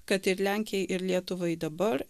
kad ir lenkijai ir lietuvai dabar